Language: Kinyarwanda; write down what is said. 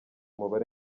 mubare